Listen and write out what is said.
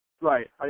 Right